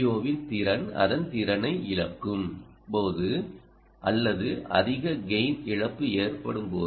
ஓவின் திறன் அதன் திறனை இழக்கும் போது அல்லது அதிக கெய்ன் இழப்பு ஏற்படும் போது